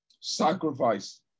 Sacrifice